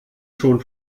schon